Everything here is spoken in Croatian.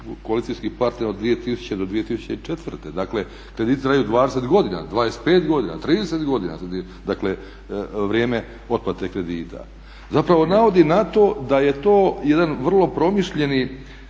koalicijskih partnera od 2000. do 2004. Dakle, krediti traju 20 godina, 25 godina, 30 godina, dakle vrijeme kredita. Zapravo navodi na to da je to jedan vrlo promišljeni